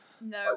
No